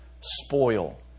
spoil